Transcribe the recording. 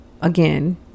again